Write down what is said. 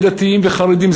דתיים וחרדים,